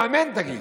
אמן, תגיד.